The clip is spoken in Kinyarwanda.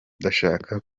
ndashaka